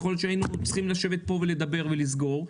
יכול להיות שהיינו צריכים לשבת פה ולדבר ולסגור.